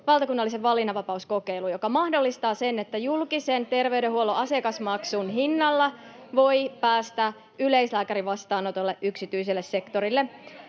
valtakunnallisen valinnanvapauskokeilun, joka mahdollistaa sen, että julkisen terveydenhuollon asiakasmaksun hinnalla voi päästä yleislääkärin vastaanotolle yksityiselle sektorille.